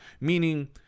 Meaning